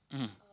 mmhmm